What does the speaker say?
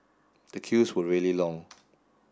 the queues were really long